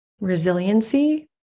resiliency